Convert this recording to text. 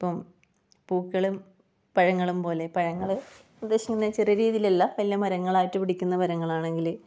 ഇപ്പം പൂക്കളും പഴങ്ങളും പോലെ പഴങ്ങൾ ഏകദേശം ഇങ്ങനെ ചെറിയ രീതിയിലല്ല വലിയ മരങ്ങളായിട്ട് പിടിക്കുന്ന മരങ്ങൾ ആണെങ്കിൽ